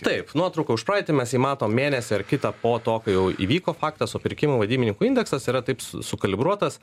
taip nuotrauka už praeitį mes jį matom mėnesį ar kitą po to kai jau įvyko faktas o pirkimų vadybininkų indeksas yra taip sukalibruotas